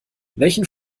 welchen